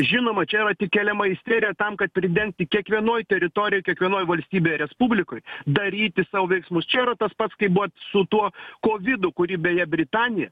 žinoma čia yra tik keliama isterija tam kad pridengti kiekvienoj teritorijoj kiekvienoj valstybėj ar respublikoj daryti savo veiksmus čia yra tas pats kaip buvo su tuo kovidu kurį beje britanija